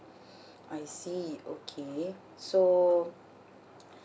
I see okay so